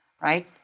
right